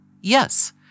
Yes